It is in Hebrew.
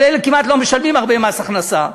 אבל אלה כמעט לא משלמים, הרבה, מס הכנסה.